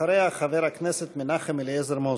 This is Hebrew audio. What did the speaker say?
אחריה, חבר הכנסת מנחם אליעזר מוזס.